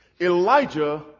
Elijah